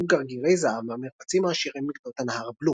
גרגירי זהב מהמרבצים העשירים בגדות הנהר בלו.